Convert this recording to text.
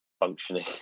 functioning